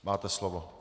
Máte slovo.